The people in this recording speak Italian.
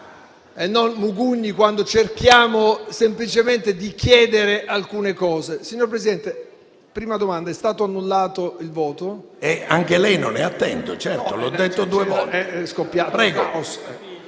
e non mugugni quando cerchiamo semplicemente di chiedere alcune cose. Signor Presidente, prima domanda: è stato annullato il voto? PRESIDENTE. Anche lei non è attento. Certo, l'ho detto due volte. BOCCIA